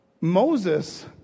Moses